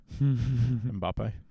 Mbappe